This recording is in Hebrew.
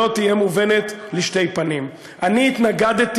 שלא תהיה מובנת לשתי פנים: אני התנגדתי,